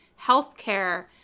healthcare